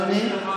אדוני,